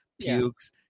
pukes